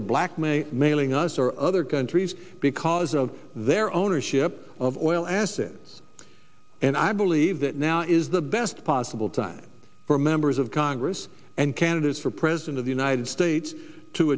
of blackmail mailing us or other countries because of their ownership of oil as it and i believe that now is the best possible time for members of congress and candidates for president of the united states to